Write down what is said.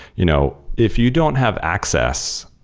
you know if you don't have access,